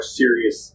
serious